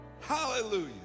Hallelujah